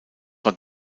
war